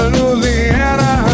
Louisiana